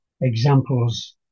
examples